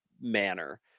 manner